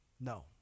No